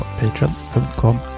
patreon.com